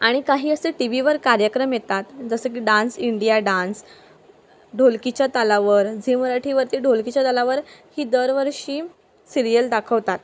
आणि काही असे टी व्हीवर कार्यक्रम येतात जसं की डान्स इंडिया डान्स ढोलकीच्या तालावर झी मराठीवरती ढोलकीच्या तालावर ही दरवर्षी सिरियल दाखवतात